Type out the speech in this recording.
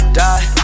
die